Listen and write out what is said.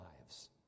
lives